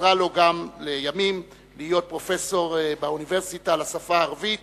עזרה לו לימים להיות פרופסור באוניברסיטה לשפה הערבית